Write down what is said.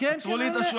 עצרו לי את השעון.